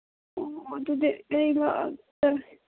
ꯑꯣ ꯑꯣ ꯑꯗꯨꯗꯤ ꯑꯩ ꯂꯥꯛꯑꯒꯦ